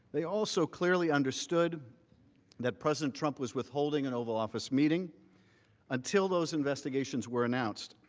they also clearly understood that president trump was withholding an oval office meeting until those investigations were announced.